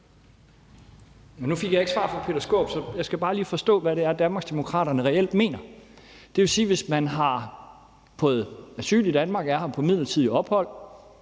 Nu fik jeg ikke svar fra hr. Peter Skaarup, så jeg skal bare lige forstå, hvad det er, Danmarksdemokraterne reelt mener. Det vil sige, at hvis man har fået asyl i Danmark og er her på midlertidigt ophold,